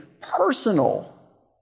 personal